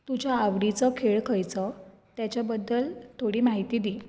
तुज्या आवडीचो खेळ खंयचो तेच्या बद्दल थोडी म्हायती दी